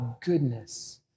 goodness